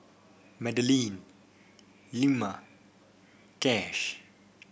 Madalynn Ilma Kash